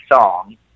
song